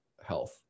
health